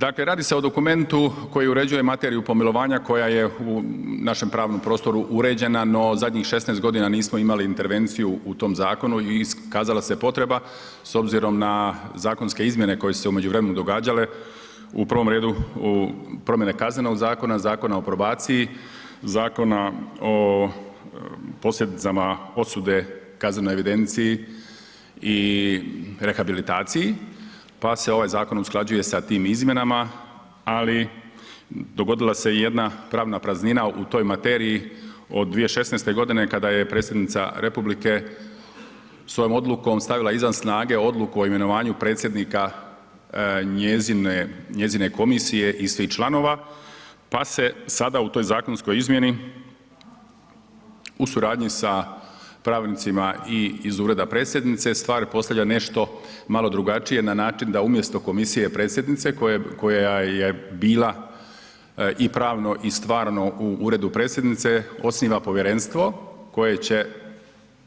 Dakle, radi se o dokumentu koji uređuje materiju pomilovanja koja je u našem pravnom prostoru uređena no zadnjih 16 g. nismo imali intervenciju u tom zakonu i iskazala se potreba s obzirom na zakonske izmjene koje su se u međuvremenu događale, u prvom redu u promjeni Kaznenog zakona, Zakona o probaciji, Zakona o posljedicama osude kaznenoj evidenciji i rehabilitaciji pa se ovaj zakon usklađuje sa tim izmjenama ali dogodila se i jedna pravna praznina u toj materiji od 2016. g. kada je Predsjednica Republike svojom odlukom stavila izvan snage odluku o imenovanju predsjednika njezine komisije i svih članova pa se sada u toj zakonskoj izmjeni u suradnji sa pravnicima i iz Ureda Predsjednice, stvari postaju nešto malo drugačije na način da umjesto komisije Predsjednice koja je bila i pravno i stvarno u Uredu Predsjednice osniva povjerenstvo koje će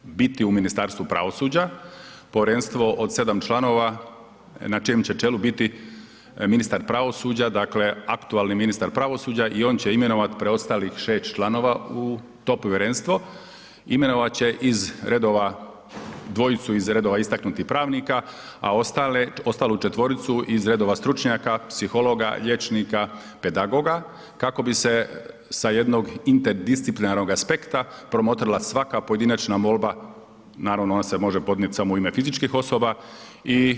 biti u Ministarstvu pravosuđa, povjerenstvo od 7 članova na čijem će čelu biti ministar pravosuđa, dakle aktualni ministar pravosuđa i on će imenovati preostalih 6 članova u to povjerenstvo, imenovat će iz redova, dvojicu iz redova istaknutih pravnika a ostalu četvoricu iz redova stručnjaka, psihologa, liječnika, pedagoga kako bi se sa jednog interdisciplinarnog aspekta promotrila svaka pojedinačna molba, naravno ona se može podnijeti samo u ime fizičkih osoba i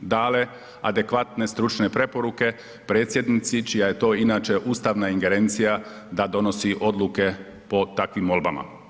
dale adekvatne stručne preporuke Predsjednici čija je to inače ustavna ingerencija da donosi odluke po takvim molbama.